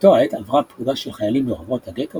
באותה העת עברה פלוגה של חיילים ברחובות הגטו,